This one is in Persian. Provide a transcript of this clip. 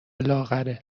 لاغره